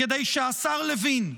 כדי שהשר לוין,